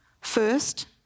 First